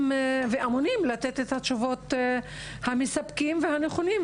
ואמונים לתת את התשובות המספקות והנכונות,